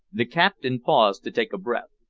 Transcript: the captain paused to take breath.